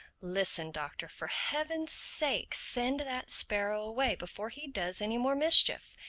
listen, doctor for heaven's sake send that sparrow away before he does any more mischief.